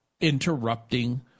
interrupting